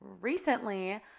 recently